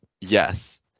Yes